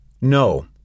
No